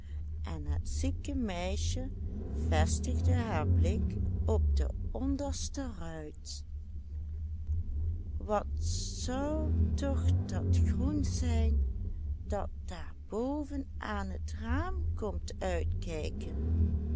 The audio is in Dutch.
en het zieke meisje vestigde haar blik op de onderste ruit wat zou toch dat groen zijn dat daar boven het raam komt uitkijken